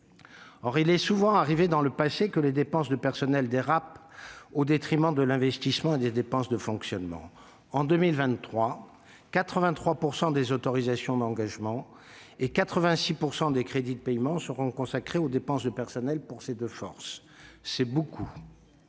Or il est souvent arrivé dans le passé que les dépenses de personnel dérapent au détriment de l'investissement et des autres dépenses de fonctionnement. En 2023, 83 % des autorisations d'engagement et 86 % des crédits de paiement seront consacrés aux dépenses de personnel pour les deux forces- c'est beaucoup.